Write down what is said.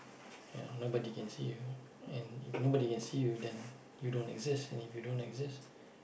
you know nobody can see you and if nobody can see you then you don't exist and if you don't exist